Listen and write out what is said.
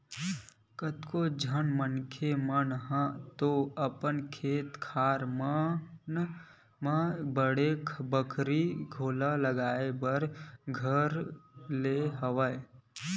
कतको झन मनखे मन ह तो अपन खेत खार मन म बाड़ी बखरी घलो लगाए बर धर ले हवय